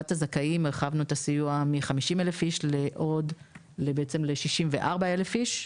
הזכאים הרחבנו את הסיוע מ-50 אלף איש ל-64 אלף איש,